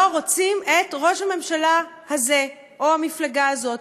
רוצים את ראש הממשלה הזה או את המפלגה הזאת.